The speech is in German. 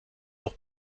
auch